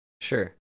Sure